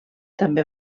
també